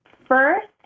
first